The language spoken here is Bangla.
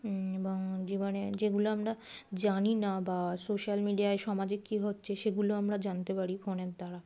এবং জীবনে যেগুলো আমরা জানি না বা সোশ্যাল মিডিয়ায় সমাজে কী হচ্ছে সেগুলো আমরা জানতে পারি ফোনের দ্বারা